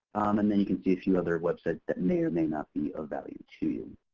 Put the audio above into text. and then you can see a few other websites that may or may not be of value to you.